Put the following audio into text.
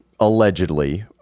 Allegedly